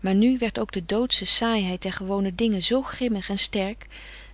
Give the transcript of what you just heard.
maar nu werd ook de doodsche saaiheid der gewone dingen zoo grimmig en sterk